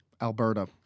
Alberta